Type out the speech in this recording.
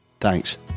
Thanks